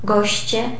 Goście